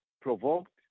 provoked